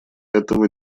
этого